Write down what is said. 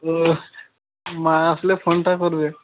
ও মা আসলে ফোনটা করবে